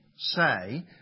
say